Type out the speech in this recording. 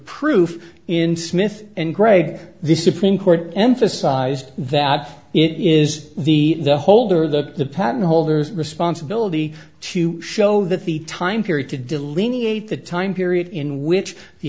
proof in smith and greg this supreme court emphasized that it is the holder the the patent holders responsibility to show that the time period to delineate the time period in which the